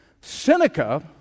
Seneca